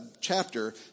chapter